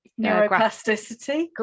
neuroplasticity